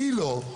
אני לא.